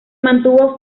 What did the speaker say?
mantuvo